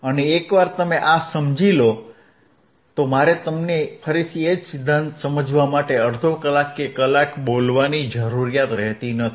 અને એકવાર તમે આ સમજી લો મારે તમને ફરીથી એ જ સિદ્ધાંત સમજવા માટે અડધો કલાક કે એક કલાક બોલવાની જરૂર નથી